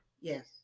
yes